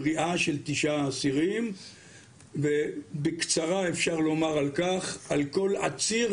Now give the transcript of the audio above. אני רמ"ח חינוך טיפול ושיקום בשב"ס אבל כאן אני בכובע של רכזת פרויקט